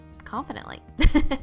confidently